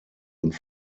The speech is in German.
und